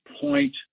point